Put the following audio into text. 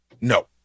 No